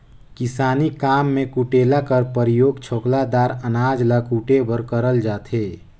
किसानी काम मे कुटेला कर परियोग छोकला दार अनाज ल कुटे बर करल जाथे